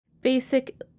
basic